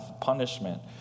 punishment